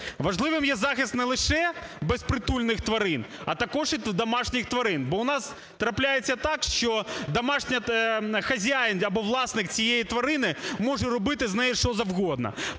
Важливим є захист не лише безпритульних тварин, а також і домашніх тварин. Бо у нас трапляється так, що хазяїн або власник цієї тварини може робити з нею що завгодно.